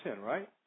right